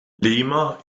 lima